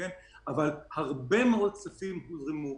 אבל הרבה מאוד כספים הוזרמו.